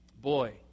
boy